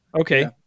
Okay